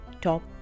top